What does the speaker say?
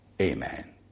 Amen